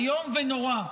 איום ונורא,